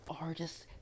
artists